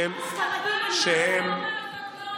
אתה מייצג את הספרדים, אתה מייצג את הספרדים.